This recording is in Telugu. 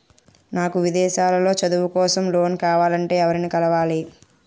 నాకు విదేశాలలో చదువు కోసం లోన్ కావాలంటే ఎవరిని కలవాలి?